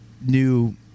new